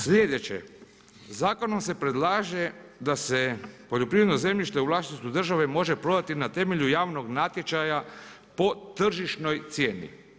Sljedeće, zakonom se predlaže da se poljoprivredno zemljište u vlasništvu države može prodati na temelju javnog natječaja po tržišnoj cijeni.